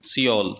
Seoul